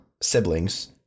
siblings